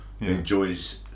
enjoys